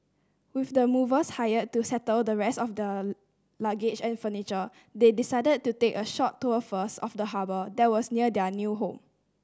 with the movers hired to settle the rest of the luggage and furniture they decided to take a short tour first of the harbour that was near their new home